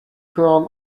corn